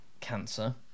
cancer